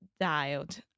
dialed